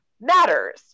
matters